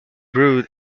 brewed